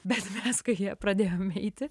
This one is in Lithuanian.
bet mes kai ja pradėjom eiti